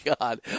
god